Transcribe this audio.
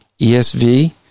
ESV